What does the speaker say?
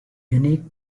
unique